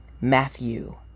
Matthew